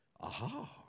Aha